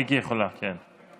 מיקי יכולה, כן.